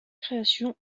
création